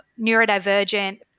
neurodivergent